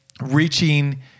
reaching